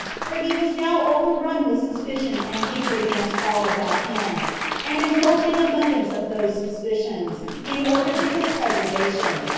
for he was now overrun with suspicion and hatred against all about him and indulging abundance of those suspicions, in order to his preservation,